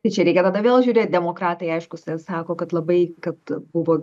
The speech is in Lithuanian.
tai čia reikia tada vėl žiūrėt demokratai aiškus sako kad labai kad buvo